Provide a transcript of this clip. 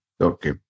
Okay